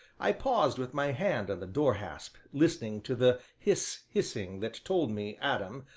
i paused with my hand on the door-hasp, listening to the hiss, hissing that told me adam,